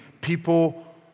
People